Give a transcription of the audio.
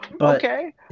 okay